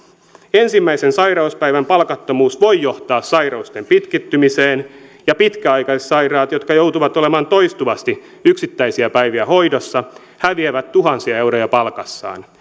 ensimmäisen sairauspäivän palkattomuus voi johtaa sairauksien pitkittymiseen pitkäaikaissairaat jotka joutuvat olemaan toistuvasti yksittäisiä päiviä hoidossa häviävät tuhansia euroja palkassaan